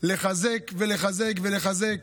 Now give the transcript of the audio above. לחזק ולחזק ולחזק